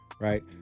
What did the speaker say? right